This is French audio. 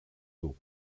d’eau